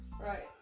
Right